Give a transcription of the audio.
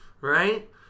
right